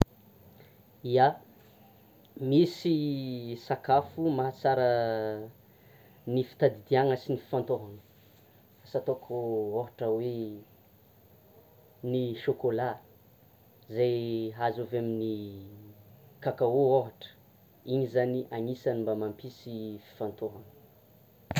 Ia! Misy sakafo mahatsara ny fitadidiana sy ny fifantôhana asa ataoko ohatra hoe: ny chocolat zay azo avy amin'ny cacao ohatra; iny zany anisan'ny mba mampisy ny fifantôhana.